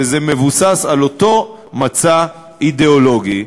וזה מבוסס על אותו מצע אידיאולוגי.